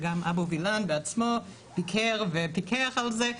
וגם אבו וילן בעצמו ביקר ופיקח על זה,